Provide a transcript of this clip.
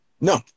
No